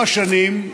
עם השנים,